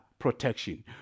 protection